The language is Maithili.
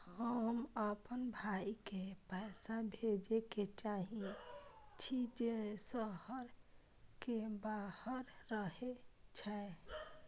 हम आपन भाई के पैसा भेजे के चाहि छी जे शहर के बाहर रहे छै